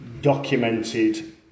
Documented